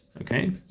okay